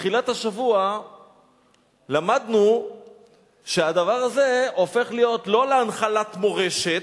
בתחילת השבוע למדנו שהדבר הזה הופך להיות לא להנחלת מורשת,